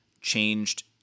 changed